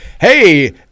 hey